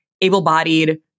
able-bodied